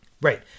Right